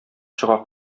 чыга